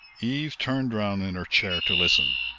eve turned round in her chair to listen.